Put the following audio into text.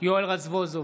יואל רזבוזוב,